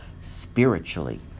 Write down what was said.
spiritually